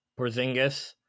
Porzingis